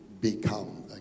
become